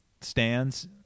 stands